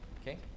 Okay